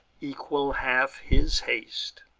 equal half his haste.